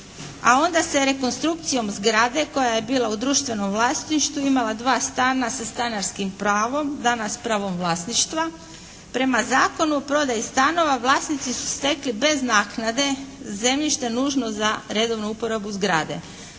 a onda se rekonstrukcijom zgrade koja je bila u društvenom vlasništvu imala dva stana sa stanarskim pravom, danas pravom vlasništva. Prema Zakonu o prodaji stanova vlasnici su stekli bez naknade zemljište nužno za redovnu uporabu zgrade,